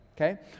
okay